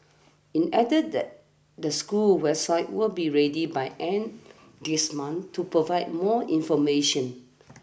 it added that the school's website will be ready by end this month to provide more information